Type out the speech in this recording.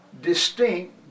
distinct